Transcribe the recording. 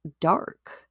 dark